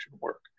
work